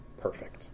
perfect